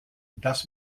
dass